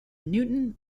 newton